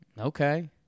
okay